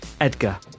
Edgar